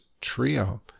Trio